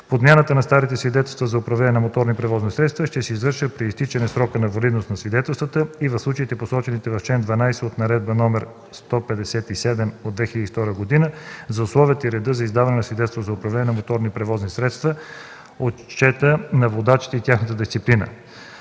Подмяната на старите свидетелства за управление на моторни превозни средства ще се извърши при изтичане срока на валидност на свидетелствата и в случаите, посочени в чл. 12 от Наредба № 157 от 2002 г. за условията и реда за издаване на свидетелства за управление на моторни превозни средства, отчета на водачите и тяхната дисциплина.